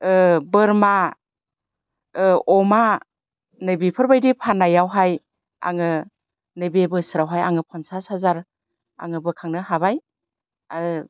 बोरमा अमा नै बिफोरबायदि फाननायावहाय आङो नैबे बोसोरावहाय आङो पन्सास हाजार आङो बोखांनो हाबाय आरो